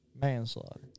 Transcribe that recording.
Manslaughter